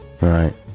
right